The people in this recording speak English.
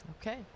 Okay